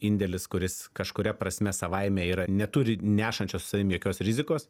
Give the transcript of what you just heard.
indėlis kuris kažkuria prasme savaime yra neturi nešančios su savim jokios rizikos